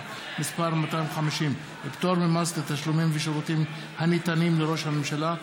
(מס' 250) (פטור ממס לתשלומים ושירותים הניתנים לראש הממשלה),